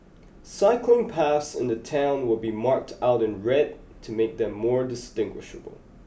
cycling paths in the town will be marked out in red to make them more distinguishable